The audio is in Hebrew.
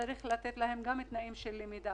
צריך לתת להם תנאים של למידה.